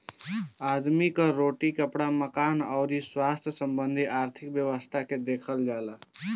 आदमी कअ रोटी, कपड़ा, मकान अउरी स्वास्थ्य संबंधी आर्थिक व्यवस्था के देखल जाला